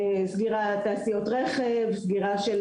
לסגירת תעשיות רכב, סגירה של -,